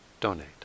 donate